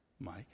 mike